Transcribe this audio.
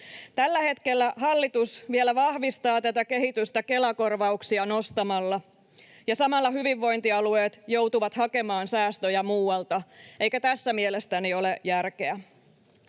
Tällä hetkellä hallitus vielä vahvistaa tätä kehitystä Kela-korvauksia nostamalla, ja samalla hyvinvointialueet joutuvat hakemaan säästöjä muualta, eikä tässä mielestäni ole järkeä.